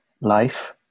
life